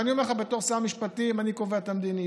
ואני אומר לך: בתור שר המשפטים אני קובע את המדיניות.